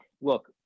Look